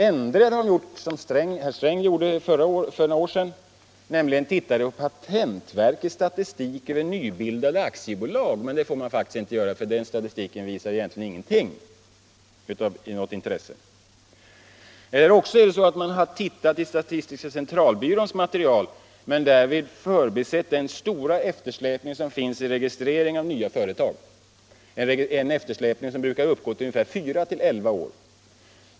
Endera har man gjort som herr Sträng gjorde för några år sedan, nämligen sett på patentverkets statistik över nybildade aktiebolag — men det får man faktiskt inte göra, för den statistiken visar egentligen ingenting av intresse — eller också har man byggt på statistiska centralbyråns material men därvid förbisett den stora eftersläpning som finns i registreringen av nya företag. Denna eftersläpning brukar vara fyra till elva år.